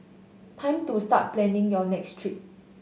time to start planning your next trip